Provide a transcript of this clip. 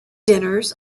dinners